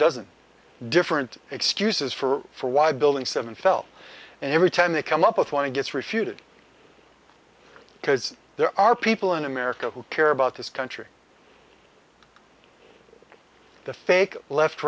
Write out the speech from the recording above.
dozen different excuses for why building seven fell and every time they come up with one gets refuted because there are people in america who care about this country the fake left